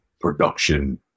production